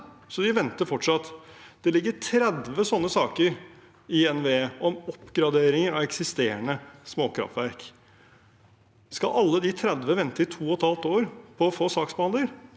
så de venter fortsatt. Det ligger 30 slike saker i NVE om oppgradering av eksisterende småkraftverk. Skal alle de 30 vente i to og et halvt år på å få saksbehandler?